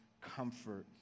comfort